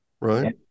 Right